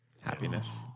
Happiness